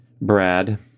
Brad